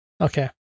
Okay